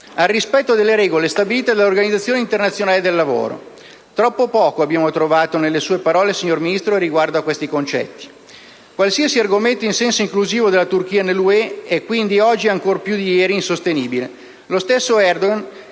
al rispetto delle regole stabilite dall'Organizzazione internazionale del lavoro. Troppo poco abbiamo trovato nelle sue parole, signora Ministro, riguardo a questi concetti. Qualsiasi ragionamento in senso inclusivo della Turchia nella UE è quindi oggi, ancor più di ieri, insostenibile.